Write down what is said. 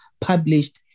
published